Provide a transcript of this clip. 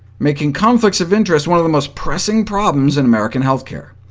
making conflicts of interest one of the most pressing problems in american health care.